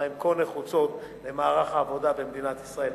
כי הן כה נחוצות למערך העבודה במדינת ישראל.